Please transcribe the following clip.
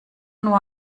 nur